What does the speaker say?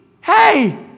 hey